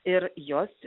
ir jos